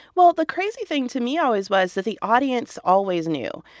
well, the crazy thing to me always was that the audience always knew.